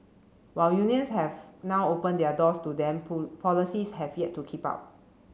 while unions have now opened their doors to them policies have yet to keep up